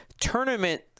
tournament